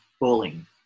bullying